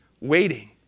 waiting